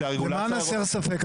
למען הסר ספק,